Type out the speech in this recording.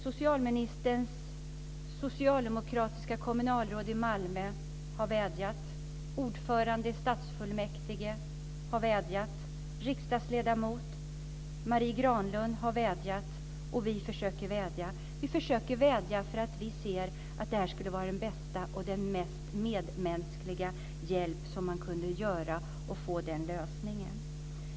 Socialministerns socialdemokratiska kommunalråd i Malmö har vädjat. Ordföranden i stadsfullmäktige har vädjat. Riksdagsledamot Marie Granlund har vädjat. Vi försöker vädja. Vi ser att det skulle vara den bästa och mest medmänskliga hjälp man kan ge.